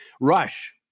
Rush